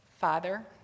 Father